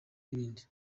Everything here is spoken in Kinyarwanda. ibindi